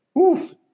oof